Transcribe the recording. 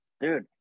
dude